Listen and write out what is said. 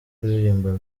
kuririmba